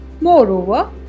Moreover